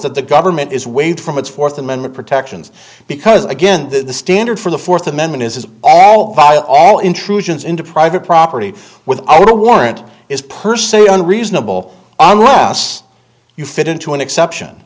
that the government is waived from its fourth amendment protections because again the standard for the fourth amendment is all by all intrusions into private property without a warrant is per se unreasonable unless you fit into an exception